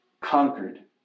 conquered